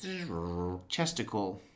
chesticle